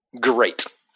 great